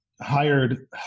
hired